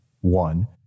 One